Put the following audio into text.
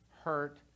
hurt